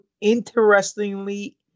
Interestingly